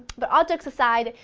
but all jokes aside,